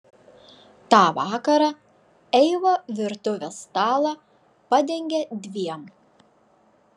tą vakarą eiva virtuvės stalą padengė dviem